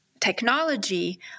technology